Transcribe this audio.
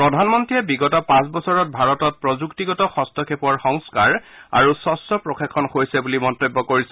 প্ৰধানমন্ত্ৰীয়ে বিগত পাঁচ বছৰত ভাৰতত প্ৰযুক্তিগত হস্তক্ষেপৰ সংস্থাৰ আৰু স্বছ্ প্ৰশাসন হৈছে বুলি মন্তব্য কৰিছে